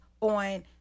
on